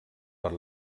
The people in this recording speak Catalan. per